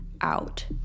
out